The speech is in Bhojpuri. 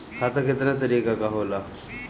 खाता केतना तरीका के होला?